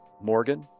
Morgan